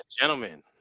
Gentlemen